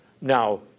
Now